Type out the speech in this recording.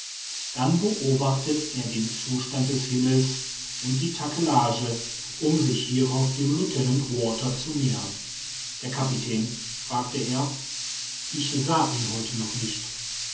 dann beobachtet er den zustand des himmels und die takelage um sich hierauf dem lieutenant walter zu nähern der kapitän fragte er ich sah ihn heute noch nicht